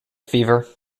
fever